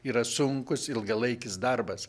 yra sunkus ilgalaikis darbas